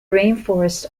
rainforests